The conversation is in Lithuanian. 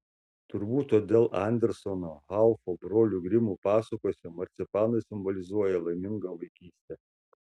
turbūt todėl anderseno haufo brolių grimų pasakose marcipanai simbolizuoja laimingą vaikystę